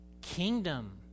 kingdom